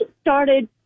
started